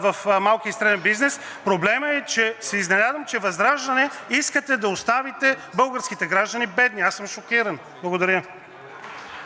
в малкия и средния бизнес, проблемът е, изненадвам се, че ВЪЗРАЖДАНЕ искате да оставите българските граждани бедни. Аз съм шокиран. Благодаря.